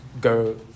go